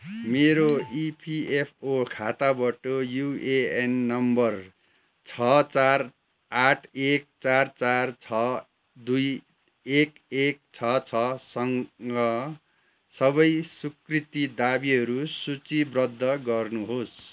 मेरो इपिएफओ खाताबाट UAN number छ चार आठ एक चार चार छ दुई एक एक छ छसँग सबै स्वीकृत दावीहरू सूचीबद्ध गर्नुहोस्